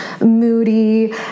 moody